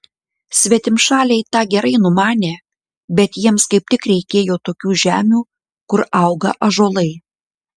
svetimšaliai tą gerai numanė bet jiems kaip tik reikėjo tokių žemių kur auga ąžuolai